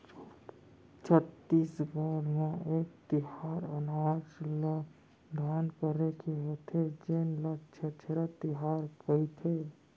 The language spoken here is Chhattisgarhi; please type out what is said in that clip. छत्तीसगढ़ म एक तिहार अनाज ल दान करे के होथे जेन ल छेरछेरा तिहार कहिथे